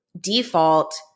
default